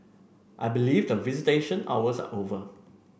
I believe the visitation hours are over